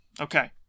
Okay